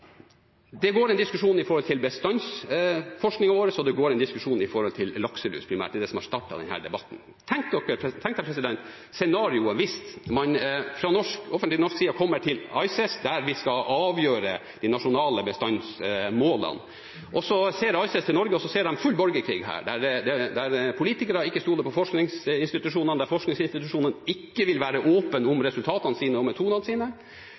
Det går en diskusjon om bestandsforskningen vår, og det går en diskusjon om lakselus, primært – det er det som har startet denne debatten. Man kan tenke seg scenarioet hvis man fra offentlig norsk side kommer til ICES, der man skal avgjøre de nasjonale bestandsmålene, og så ser ICES til Norge og her ser full borgerkrig, der politikerne ikke stoler på forskningsinstitusjonene, der forskningsinstitusjonene ikke vil være åpne om resultatene og metodene sine. Det tror jeg faktisk ville være skadelig for den nasjonale rollen og